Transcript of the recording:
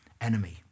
enemy